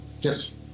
Yes